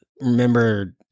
remember